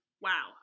Wow